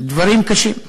דברים קשים,